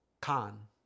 Khan